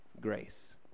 grace